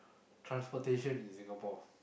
transportation in Singapore